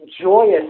joyous